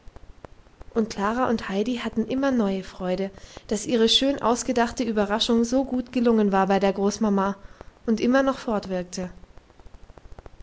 und klara und heidi hatten immer neue freude daß ihre schön ausgedachte überraschung so gut gelungen war bei der großmama und immer noch